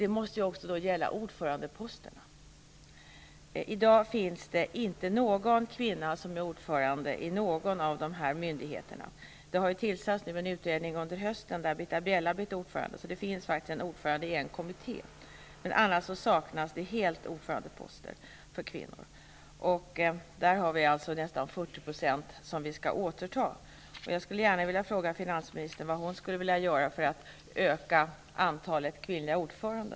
Detta måste ju då också gälla ordförandeposterna. I dag finns det inte någon kvinna som är ordförande i någon av dessa myndigheter. Det har nu under hösten tillsatts en utredning med Britta Bjelle som ordförande, så det finns faktiskt en kommitté med kvinnlig ordförande. Men annars saknas helt kvinnor på ordförandeposterna. Vi har alltså nästan 40 % att återta. Vad skulle finansministern vilja göra för att öka antalet kvinnliga ordförande?